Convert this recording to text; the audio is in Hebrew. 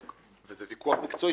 וזה ויכוח מקצועי,